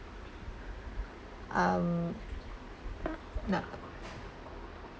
um nope